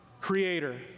Creator